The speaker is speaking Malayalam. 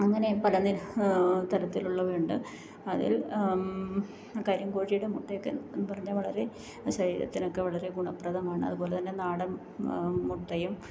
അങ്ങനെ പല തരത്തിലുള്ളവയുണ്ട് അതിൽ തന്നെ കരിങ്കോഴിയുടെ മുട്ടയൊക്കെ പറഞ്ഞാൽ വളരെ ശരീരത്തിനൊക്കെ വളരെ ഗുണപ്രദമാണ് അതുപോലെ തന്നെ നാടൻ മുട്ടയും